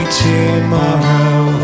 tomorrow